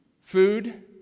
Food